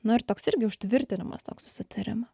nu ir toks irgi užtvirtinimas toks susitarimo